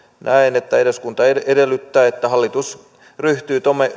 näin eduskunta edellyttää että hallitus ryhtyy